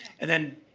and then,